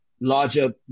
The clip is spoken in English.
larger